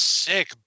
sick